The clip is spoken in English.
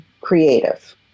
creative